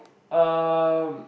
um